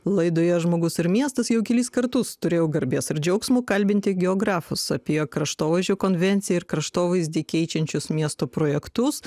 laidoje žmogus ir miestas jau kelis kartus turėjau garbės ir džiaugsmo kalbinti geografus apie kraštovaizdžio konvenciją ir kraštovaizdį keičiančius miesto projektus